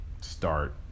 start